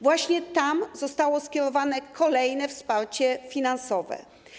Właśnie tam zostało skierowane kolejne wsparcie finansowe.